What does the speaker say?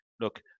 Look